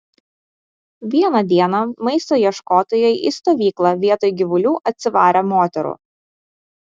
vieną dieną maisto ieškotojai į stovyklą vietoj gyvulių atsivarė moterų